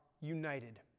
united